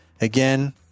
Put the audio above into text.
Again